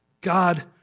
God